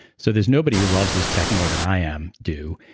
so, there's nobody who loves this tech more than i um do.